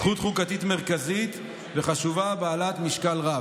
זכות חוקתית מרכזית וחשובה בעלת משקל רב,